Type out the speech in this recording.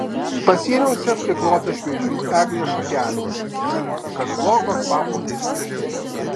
pasieniuose priklota šviežių eglės šakelių kad blogo kvapo nesijaustų